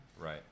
Right